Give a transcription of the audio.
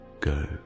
go